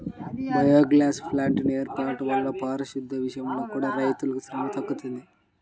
biogas ప్లాంట్ల వేర్పాటు వల్ల పారిశుద్దెం విషయంలో కూడా రైతులకు శ్రమ తగ్గుతుంది